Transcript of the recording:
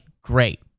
great